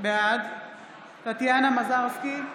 בעד טטיאנה מזרסקי,